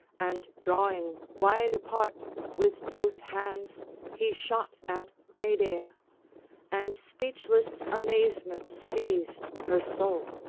and drawing wide apart with both hands he shot at medea and speechless amazement seized her soul.